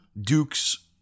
Dukes